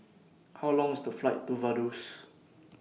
How Long IS The Flight to Vaduz